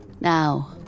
Now